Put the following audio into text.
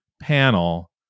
panel